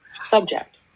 subject